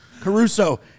Caruso